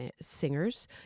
singers